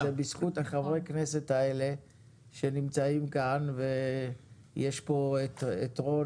זה בזכות חברי הכנסת האלה שנמצאים כאן ויש פה את רון